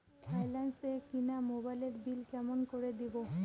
Finance এ কিনা মোবাইলের বিল কেমন করে দিবো?